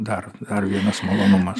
dar dar vienas malonumas